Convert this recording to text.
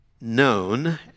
known